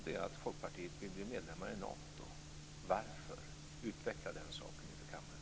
Det är att Folkpartiet vill bli medlemmar i Nato. Varför? Utveckla den saken inför kammaren!